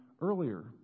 earlier